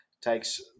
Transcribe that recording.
Takes